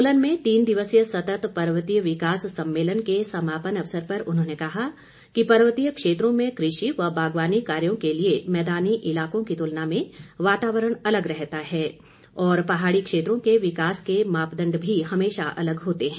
सोलन में तीन दिवसीय सतत पर्वतीय विकास सम्मेलन के समापन अवसर पर उन्होंने कहा कि पर्वतीय क्षेत्रों में कृषि व बागवानी कार्यों के लिए मैदानी इलाकों की तुलना में वातावरण अलग रहता है और पहाड़ी क्षेत्रों के विकास के मापदंड भी हमेशा अलग होते हैं